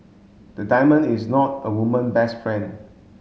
the diamond is not a woman best friend